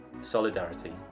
solidarity